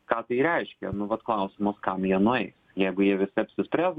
ką tai reiškia nu vat klausimas kam jie nueis jeigu jie visi apsispręs